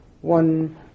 one